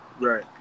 Right